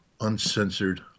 uncensored